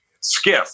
skiff